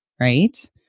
Right